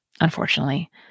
unfortunately